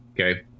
Okay